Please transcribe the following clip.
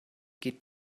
geht